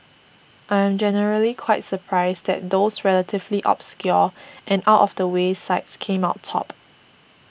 I am generally quite surprised that those relatively obscure and out of the way sites came out top